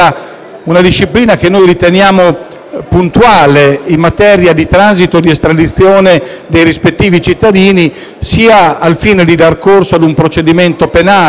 una disciplina che noi riteniamo puntuale in tema di transito e di estradizione dei rispettivi cittadini, sia al fine di dar corso a un procedimento penale,